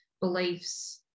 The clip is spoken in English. beliefs